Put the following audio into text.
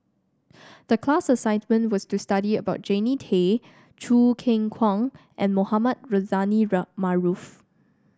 the class assignment was to study about Jannie Tay Choo Keng Kwang and Mohamed Rozani Maarof